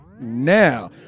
now